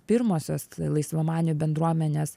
pirmosios laisvamanių bendruomenės